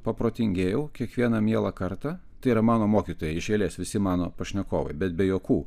paprotingėjau kiekvieną mielą kartą tai yra mano mokytojai iš eilės visi mano pašnekovai bet be juokų